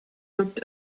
looked